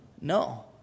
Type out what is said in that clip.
No